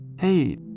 hey